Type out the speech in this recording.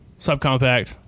subcompact